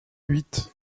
huit